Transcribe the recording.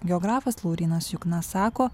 geografas laurynas jukna sako